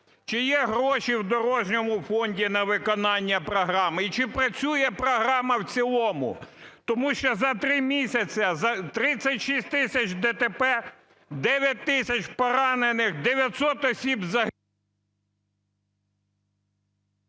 Чи є гроші в дорожньому фонді на виконання програми? І чи працює програма в цілому? Тому що за три місяці 36 тисяч ДТП, 9 тисяч поранених, 900 осіб загинуло.